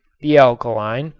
the alkaline,